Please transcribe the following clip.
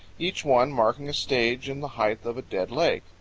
each one marking a stage in the height of a dead lake.